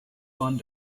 bahn